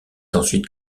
ensuite